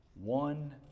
one